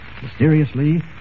Mysteriously